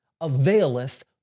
availeth